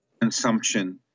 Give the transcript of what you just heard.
consumption